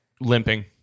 limping